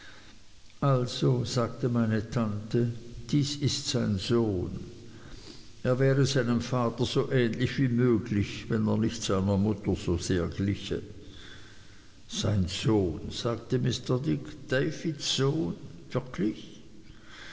also sagte meine tante dies ist sein sohn er wäre seinem vater so ähnlich wie möglich wenn er nicht seiner mutter so gliche sein sohn sagte mr dick davids sohn wirklich